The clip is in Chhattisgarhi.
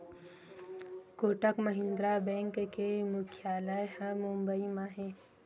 कोटक महिंद्रा बेंक के मुख्यालय ह बंबई म हे